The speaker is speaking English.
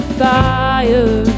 fire